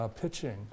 pitching